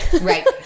Right